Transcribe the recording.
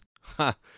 Ha